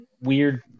weird